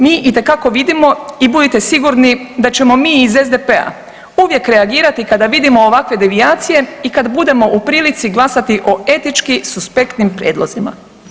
Mi itekako vidimo i budite sigurni da ćemo mi iz SDP-a uvijek reagirati kada vidimo ovakve devijacije i kad budemo u prilici glasati o etički suspektnim prijedlozima.